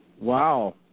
Wow